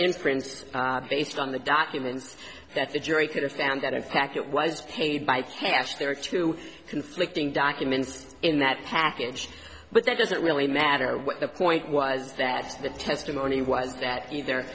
inference based on the documents that the jury could have found that in fact it was paid by cash there are two conflicting documents in that package but that doesn't really matter what the point was that the testimony was that either